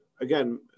again